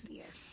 yes